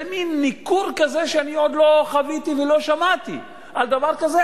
זה מין ניכור כזה שאני עוד לא חוויתי ולא שמעתי על דבר כזה,